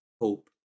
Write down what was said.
Hope